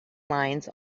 lines